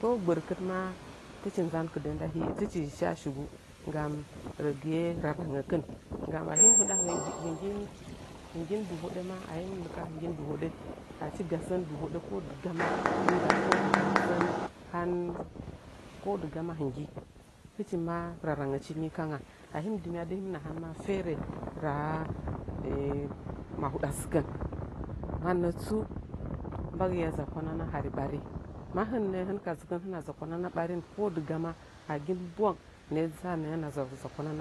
Ko gbɨrkɨn ma tɨchi mai kɨdeh nda hi tɨchi shi a shigu gam rəgiye rarangəkɨn gam ahim hiɗa hɨgen dɨhoɗa ma ahim lɨka hɨgen dɨhoɗe ma achi gasen dɨhodə ko dɨgamama nɨnggə ko dɨgama sən han kodɨgama hɨge hɨchi ma rarangɗchi ni kangga ahim dɨmyadɨ ma hɨm nahan ma fere rə mahuɗa sɨkən mannətsu mbagɨya zakwana hari ɓari mahɨn nə hɨn ka dzɨkɨn kazakwa nana hari